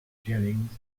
jennings